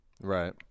Right